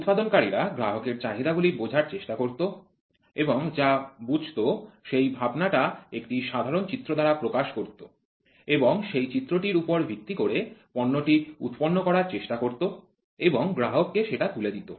উৎপাদনকারীরা গ্রাহকের চাহিদাগুলি বোঝার চেষ্টা করত এবং যা বুঝত সেই ভাবনাটা একটি সাধারণ চিত্র দ্বারা প্রকাশ করত এবং সেই চিত্রটির উপর ভিত্তি করে পণ্যটি উৎপন্ন করার চেষ্টা করত এবং গ্রাহককে সেটা তুলে দিত